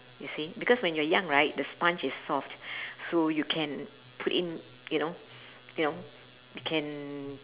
you see because when you're young right the sponge is soft so you can put in you know you know you can